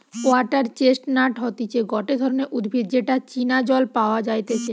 water chestnut হতিছে গটে ধরণের উদ্ভিদ যেটা চীনা জল পাওয়া যাইতেছে